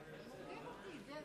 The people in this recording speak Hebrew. רבותי חברי